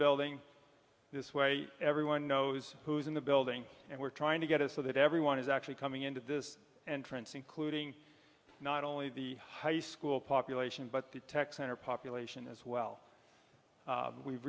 building this way everyone knows who's in the building and we're trying to get it so that everyone is actually coming into this entrance including not only the high school population but the tech center population as well we've